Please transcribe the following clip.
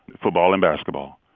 football and basketball,